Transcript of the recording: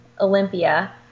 Olympia